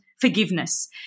forgiveness